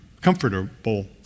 comfortable